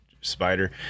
spider